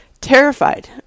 terrified